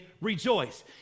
rejoice